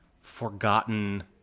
forgotten